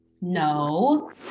No